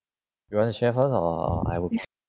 you want to share first I